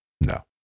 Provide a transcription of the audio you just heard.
no